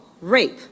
rape